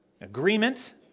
Agreement